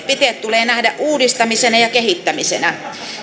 tulee nähdä uudistamisena ja kehittämisenä